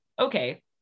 okay